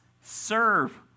Serve